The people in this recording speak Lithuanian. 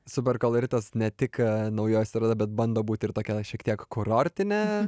super koloritas ne tik naujoji estrada bet bando būt ir tokia šiek tiek kurortinė